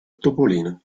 topolino